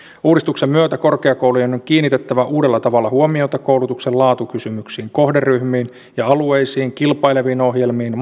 uudistuksen myötä korkeakoulujen on kiinnitettävä uudella tavalla huomiota koulutuksen laatukysymyksiin kohderyhmiin ja alueisiin kilpaileviin ohjelmiin